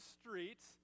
streets